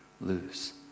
lose